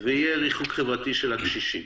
יהיה ריחוק חברתי של הקשישים